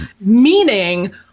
meaning